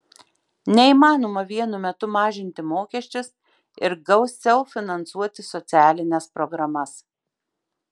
neįmanoma vienu metu mažinti mokesčius ir gausiau finansuoti socialines programas